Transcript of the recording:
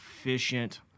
efficient